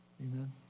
Amen